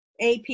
AP